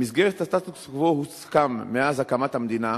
במסגרת הסטטוס-קוו הוסכם מאז הקמת המדינה,